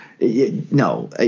No